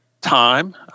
time